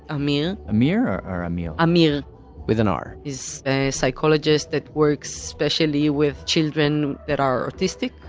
amir amir or or amil? amir with an r is psychologist that works specially with children that are autistic